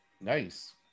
Nice